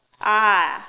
ah